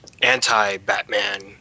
anti-batman